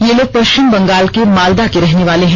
ये लोग पश्चिम बंगाल के मालदा के रहने वाले हैं